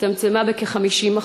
הצטמצמה בכ-50%.